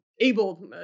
able